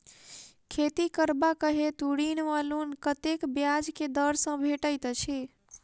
खेती करबाक हेतु ऋण वा लोन कतेक ब्याज केँ दर सँ भेटैत अछि?